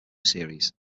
series